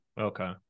Okay